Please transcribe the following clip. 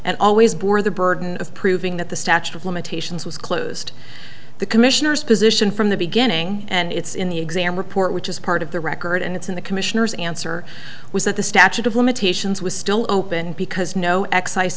and always bore the burden of proving that the statute of limitations was closed the commissioners position from the beginning and it's in the exam report which is part of the record and it's in the commissioner's answer was that the statute of limitations was still open because no excise